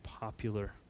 popular